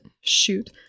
shoot